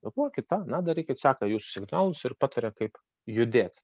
reaguokit tą aną darykit seka jūsų signalus ir pataria kaip judėt